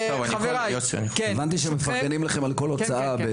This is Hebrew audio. הבנתי שמפרגנים לכם על כל הוצאה,